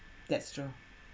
that's true